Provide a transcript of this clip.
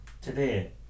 today